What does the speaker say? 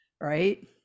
right